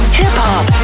hip-hop